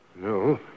No